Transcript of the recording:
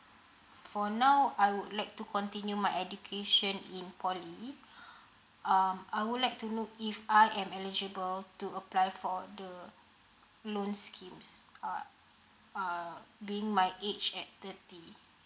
for now I would like to continue my education in poly um I would like to know if I am eligible to apply for the loan schemes uh uh being my age at thirty